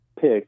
Pick